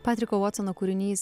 patriko vuotsono kūrinys